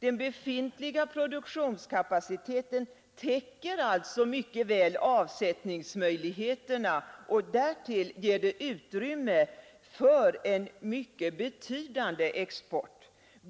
Den befintliga produktionskapaciteten täcker alltså mycket väl avsättningsmöjligheterna, och därtill ger den utrymme för en mycket betydande export.